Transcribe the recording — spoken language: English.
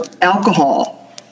Alcohol